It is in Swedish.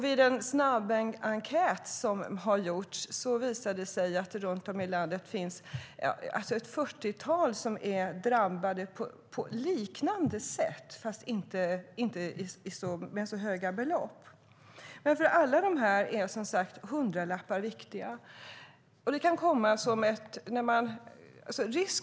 Vid en snabbenkät visade det sig att det runt om i länet finns ett fyrtiotal som har drabbats på liknande sätt, fast inte av så höga belopp. För alla drabbade är, som sagt, hundralappar viktiga.